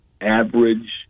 average